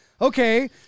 Okay